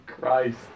Christ